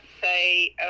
say